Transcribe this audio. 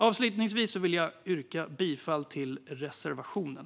Avslutningsvis vill jag yrka bifall till reservationen.